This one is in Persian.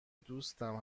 دوستم